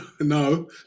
No